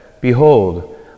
Behold